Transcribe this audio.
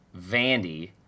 Vandy